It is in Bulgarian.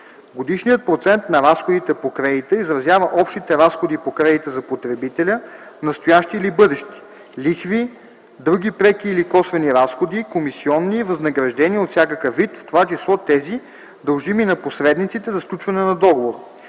Годишният процент на разходите по кредита изразява общите разходи по кредита за потребителя, настоящи или бъдещи (лихви, други преки или косвени разходи, комисиони, възнаграждения от всякакъв вид, в това число тези, дължими на посредниците за сключване на договора),